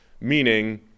Meaning